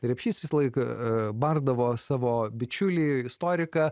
repšys visąlaik bardavo savo bičiulį istoriką